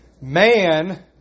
man